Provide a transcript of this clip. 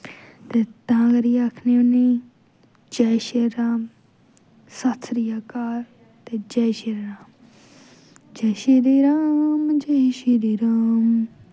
ते तां करियै आक्खनी होन्नी जै श्री राम ससरिया काल ते जै श्री राम जै श्री राम जै श्री राम